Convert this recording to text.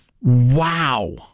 Wow